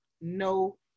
no